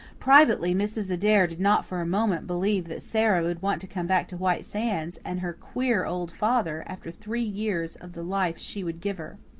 privately, mrs. adair did not for a moment believe that sara would want to come back to white sands, and her queer old father, after three years of the life she would give her.